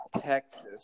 Texas